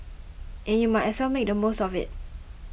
and you might as well make the most of it